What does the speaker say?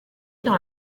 dans